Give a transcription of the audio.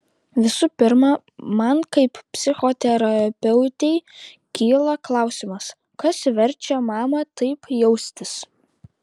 visų pirma man kaip psichoterapeutei kyla klausimas kas verčia mamą taip jaustis